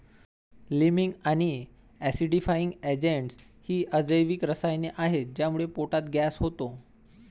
liming आणि acidifying agents ही अजैविक रसायने आहेत ज्यामुळे पोटात गॅस होतो